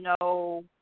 no